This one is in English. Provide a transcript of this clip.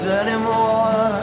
anymore